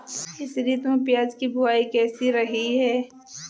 इस ऋतु में प्याज की बुआई कैसी रही है?